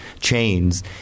chains